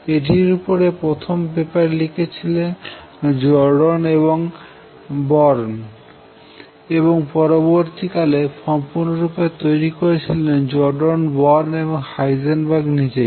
এটির উপরে প্রথম পেপার লিখেছিলেন জর্ডান এবং বরন্ এবং পরবর্তী কালে সম্পূর্ণ রূপে তৈরি করেছিলেন জর্ডান বরন্ এবং হাইজেনবার্গ নিজেই